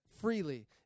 freely